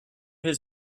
his